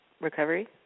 Recovery